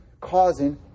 causing